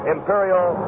Imperial